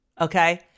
Okay